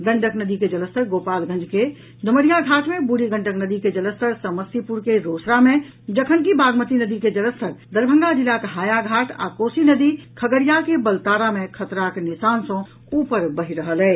गंडक नदी के जलस्तर गोपालगंज के डुमरियाघाट मे बूढ़ी गंडक नदी के जलस्तर समस्तीपुर के रोसड़ा मे जखनकि बागमती नदी के जलस्तर दरभंगा जिलाक हायाघाट आ कोसी नदी खगड़िया के बलतारा मे खतराक निशान सँ ऊपर बहि रहल अछि